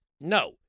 No